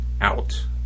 out